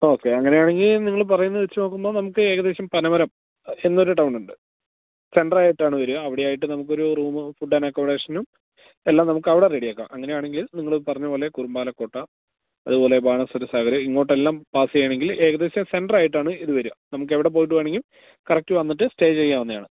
okay അങ്ങനെയാണെങ്കില് നിങ്ങള് പറയുന്നതുവെച്ച് നോക്കുമ്പോള് നമുക്ക് ഏകദേശം പനമരം എന്നൊരു ടൗണുണ്ട് സെൻറ്ററായിട്ടാണ് വരിക അവിടെയായിട്ട് നമുക്കൊരു റൂമും ഫുഡ്ഡ് ആന്ഡ് അക്കമഡേഷനും എല്ലാം നമുക്കവിടെ റെഡിയാക്കാം അങ്ങനെയാണെങ്കില് നിങ്ങള് പറഞ്ഞതുപോലെ കുറുമ്പാലക്കോട്ട അതുപോലെ ബാണാസുരസാഗര് ഇങ്ങോട്ടെല്ലാം പാസ്സ് ചെയ്യണമെങ്കില് ഏകദേശം സെൻറ്ററായിട്ടാണ് ഇത് വരിക നമുക്കെവിടെ പോയിട്ട് വേണമെങ്കിലും കറക്റ്റ് വന്നിട്ട് സ്റ്റേ ചെയ്യാവുന്നതാണ്